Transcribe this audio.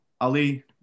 Ali